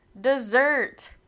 dessert